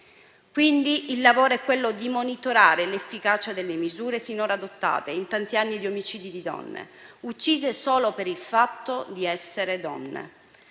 Il lavoro è quello di monitorare l'efficacia delle misure finora adottate, in tanti anni di omicidi di donne, uccise solo per il fatto di essere donne.